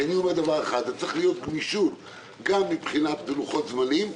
אני רק אומר שצריכה להיות גמישות גם מבחינת לוחות זמנים,